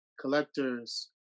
collectors